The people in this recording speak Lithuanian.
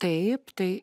taip tai